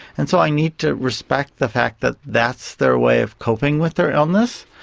and so i need to respect the fact that that's their way of coping with their illness,